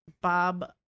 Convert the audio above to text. bob